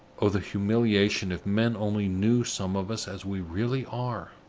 oh, the humiliation if men only knew some of us as we really are!